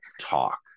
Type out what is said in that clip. talk